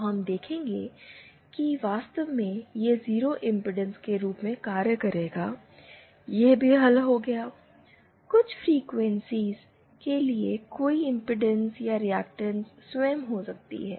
तो हम देखते हैं किवास्तव में यह 0 इमपीडेंस के रूप में कार्य करेगा यह भी हल हो गया है कुछ फ्रीक्वेंसीयों के लिए कोई इमपीडेंस या रिएक्टेंस स्वयं हो सकती है